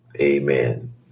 amen